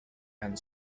and